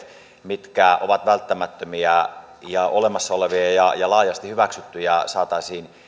mitkä ovat välttämättömiä ja ja olemassa olevia ja ja laajasti hyväksyttyjä ei saataisi